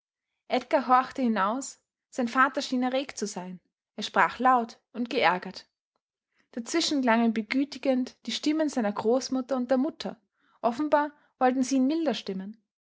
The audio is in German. edgar horchte hinaus sein vater schien erregt zu sein er sprach laut und geärgert dazwischen klangen begütigend die stimmen seiner großmutter und der mutter offenbar wollten sie ihn milder stimmen